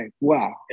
wow